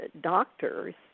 doctor's